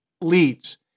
leads